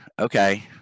Okay